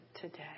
today